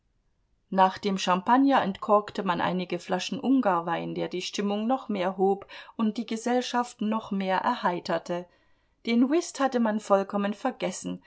nach dem champagner entkorkte man einige flaschen ungarwein der die stimmung noch mehr hob und die gesellschaft noch mehr erheiterte den whist hatte man vollkommen vergessen